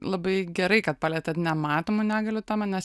labai gerai kad palietėt nematomą negalią tomai nes